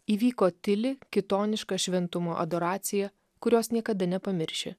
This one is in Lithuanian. įvyko tyli kitoniška šventumo adoracija kurios niekada nepamirši